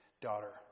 daughter